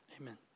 Amen